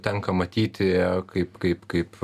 tenka matyti kaip kaip kaip